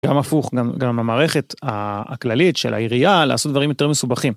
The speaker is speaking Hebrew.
גם הפוך גם המערכת הכללית של העירייה לעשות דברים יותר מסובכים.